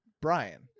Brian